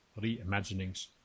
reimaginings